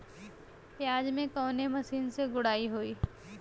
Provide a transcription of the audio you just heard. प्याज में कवने मशीन से गुड़ाई होई?